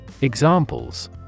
Examples